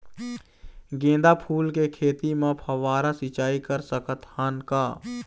गेंदा फूल के खेती म फव्वारा सिचाई कर सकत हन का?